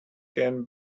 can